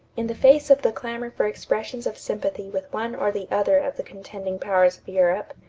in the face of the clamor for expressions of sympathy with one or the other of the contending powers of europe,